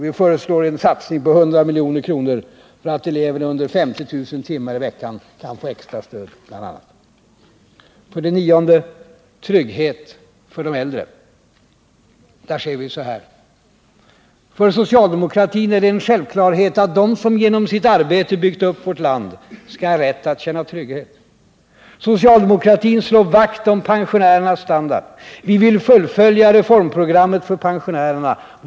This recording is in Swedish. Vi föreslår i år en satsning på 100 milj.kr. Då kan eleverna få extra stöd. För socialdemokratin är det en självklarhet att de som genom sitt arbete byggt upp vårt land skall ha rätt att känna trygghet. Socialdemokratin slår vakt om pensionärernas standard. Vi vill fullfölja reformprogrammet för pensionärerna.